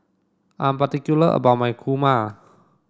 I am particular about my Kurma